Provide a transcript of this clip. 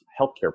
healthcare